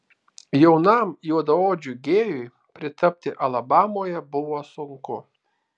jaunam juodaodžiui gėjui pritapti alabamoje buvo sunku